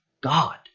God